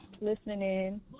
listening